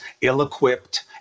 ill-equipped